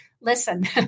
listen